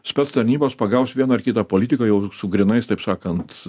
spec tarnybos pagaus vieną ar kitą politiką jau su grynais taip sakant